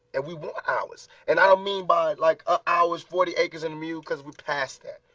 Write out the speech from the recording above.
and we want ours. and i don't mean by like ah ours, forty acres and mule because we passed that.